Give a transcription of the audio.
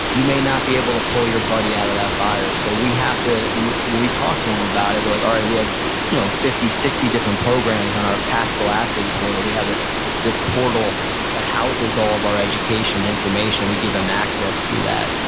you may not be able to pull your buddy out of that fire. so, we have to, when we talk to them about it, we're like, all right, we have you know fifty, sixty different programs on our tactical athlete portal. we have this this portal that houses all of our education information. we give them access to that.